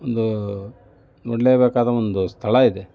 ಒಂದು ನೋಡ್ಲೇಬೇಕಾದ ಒಂದು ಸ್ಥಳ ಇದೆ